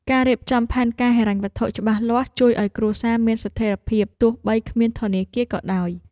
ការរៀបចំផែនការហិរញ្ញវត្ថុច្បាស់លាស់ ជួយឱ្យគ្រួសារមានស្ថិរភាព ទោះបីគ្មានធនាគារក៏ដោយ។